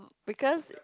because